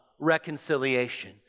reconciliation